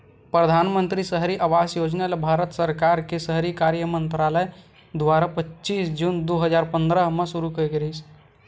परधानमंतरी सहरी आवास योजना ल भारत सरकार के सहरी कार्य मंतरालय दुवारा पच्चीस जून दू हजार पंद्रह म सुरू करे गिस